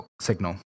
signal